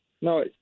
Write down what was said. No